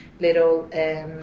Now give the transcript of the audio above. little